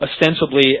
ostensibly